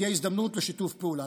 תהיה הזדמנות לשיתוף פעולה.